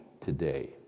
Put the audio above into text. today